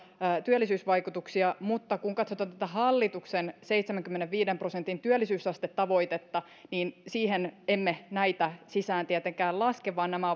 työllisyysvaikutuksia mutta kun katsotaan tätä hallituksen seitsemänkymmenenviiden prosentin työllisyysastetavoitetta niin siihen emme näitä sisään tietenkään laske vaan nämä